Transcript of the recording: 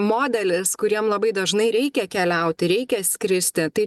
modelis kuriem labai dažnai reikia keliauti reikia skristi tai